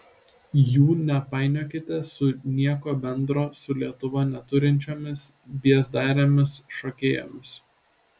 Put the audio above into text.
jų nepainiokite su nieko bendro su lietuva neturinčiomis biezdarėmis šokėjomis